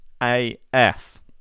AF